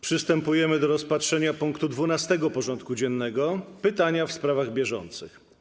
Przystępujemy do rozpatrzenia punktu 12. porządku dziennego: Pytania w sprawach bieżących.